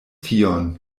tion